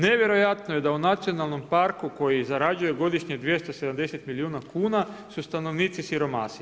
Nevjerojatno je da u nacionalnom parku koji zarađuje godišnje 270 milijuna kuna su stanovnici siromasi.